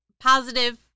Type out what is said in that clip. positive